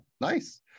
Nice